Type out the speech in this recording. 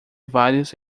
vários